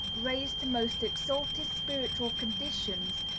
raise to most exalted spiritual conditions,